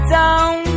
down